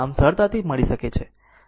આમ સરળતાથી મળી શકે છે